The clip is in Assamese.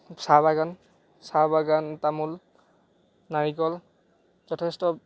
চাহ বাগান চাহ বাগান তামোল নাৰিকল যথেষ্ট